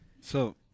So-